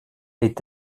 est